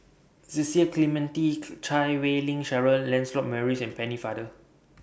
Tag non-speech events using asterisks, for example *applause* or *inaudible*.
Cecil Clementi *unintelligible* Chan Wei Ling Cheryl Lancelot Maurice and Pennefather